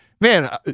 man